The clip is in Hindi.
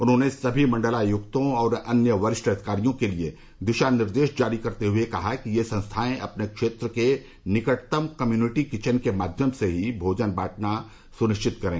उन्होंने सभी मंडलायक्तों और अन्य वरिष्ठ अधिकारियों के लिये दिशा निर्देश जारी करते हुए कहा कि संस्थाएं अपने क्षेत्र के निकटतम कम्युनिटी किचन के माध्यम से ही भोजन बंटवाना सुनिश्चित करें